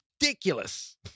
ridiculous